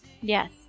Yes